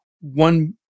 One